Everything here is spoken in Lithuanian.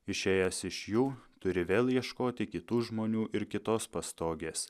išėjęs iš jų turi vėl ieškoti kitų žmonių ir kitos pastogės